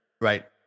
Right